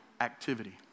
activity